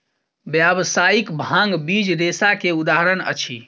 व्यावसायिक भांग बीज रेशा के उदाहरण अछि